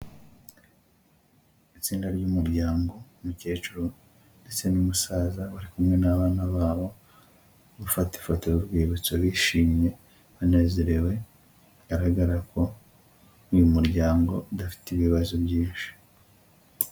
Itsinda ry'umuryango w'umukecuru ndetse n'umusaza, bari kumwe n'abana babo, bafata ifoto y'urwibutso bishimye, banezerewe bigaragara ko uyu muryango udafite ibibazo byinshi.